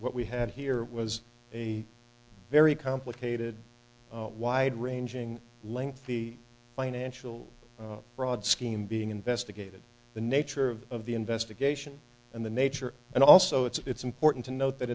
what we had here was a very complicated why'd ranging lengthy financial fraud scheme being investigated the nature of the investigation and the nature and also it's important to note that